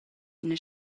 ina